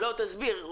תסביר.